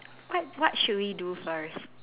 what what should we do first